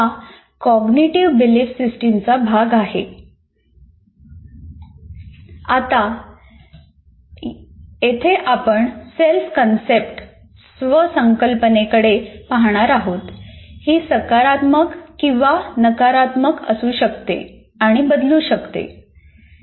ही सकारात्मक किंवा नकारात्मक असू शकते आणि बदलू शकते